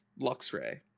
Luxray